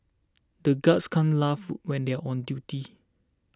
the guards can't laugh when they are on duty